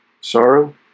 sorrow